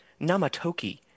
Namatoki